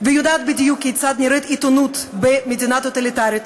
ויודעת בדיוק כיצד נראית עיתונות במדינה טוטליטרית,